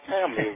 family